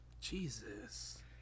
Jesus